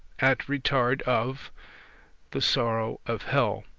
at retard of the sorrow of hell.